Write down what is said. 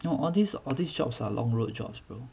no all these all these jobs are long road jobs bro